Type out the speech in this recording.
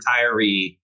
retiree